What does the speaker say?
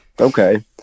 Okay